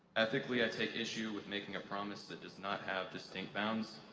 ethically, i take issue with making a promise that does not have distinct bounds,